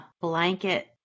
blanket